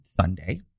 Sunday